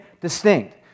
distinct